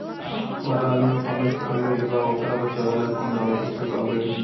हमरा आलू में फंगस पकड़ लेले बा वोकरा बचाव ला कवन दावा के छिरकाव करी?